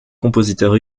compositeurs